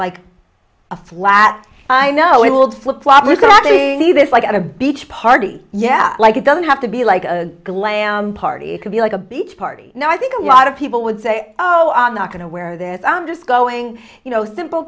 like a flat i know it would flip flop regarding the this like at a beach party yeah like it doesn't have to be like a glam party it could be like a beach party now i think a lot of people would say oh i'm not going to wear this i'm just going you know simple